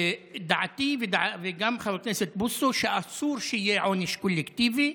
דעתי וגם דעת חבר הכנסת בוסו היא שאסור שיהיה עונש קולקטיבי.